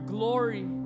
glory